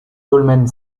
dolmen